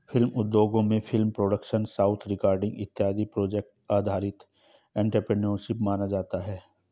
film उद्योगों में film production sound recording इत्यादि प्रोजेक्ट आधारित एंटरप्रेन्योरशिप माना जाता है